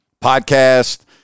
podcast